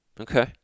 Okay